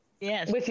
Yes